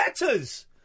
letters